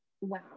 wow